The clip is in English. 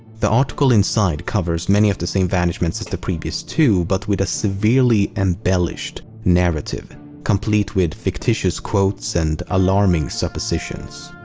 the article inside covers many of the same vanishments as the previous two but with a severely embellished narrative complete with fictitious quotes and alarming suppositions.